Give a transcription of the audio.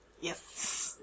Yes